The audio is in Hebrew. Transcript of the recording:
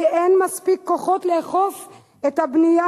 כי אין מספיק כוחות לאכוף את הבנייה